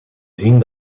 zien